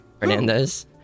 Hernandez